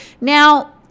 Now